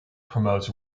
promotes